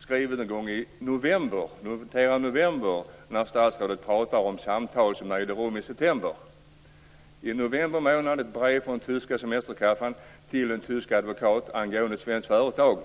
skrivet någon gång i november - notera det; statsrådet pratar om samtal som ägde rum i september. Brevet är från tyska semesterkassan till en tysk advokat angående ett svenskt företag.